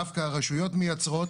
דווקא הרשויות מייצרות.